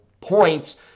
points